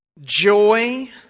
Joy